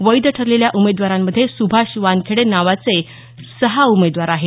वैध ठरलेल्या उमेदवारांमध्ये सुभाष वानखेडे नावाचे सहा उमेदवार आहेत